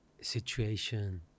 situation